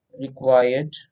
required